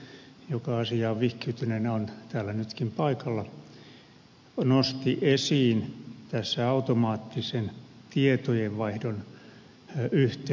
sasi joka asiaan vihkiytyneenä on täällä nytkin paikalla nosti esiin automaattisen tietojenvaihdon yhteydessä yksityisyyden suojan